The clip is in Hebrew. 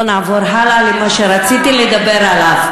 בואו נעבור הלאה למה שרציתי לדבר עליו.